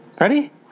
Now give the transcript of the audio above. Ready